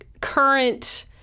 current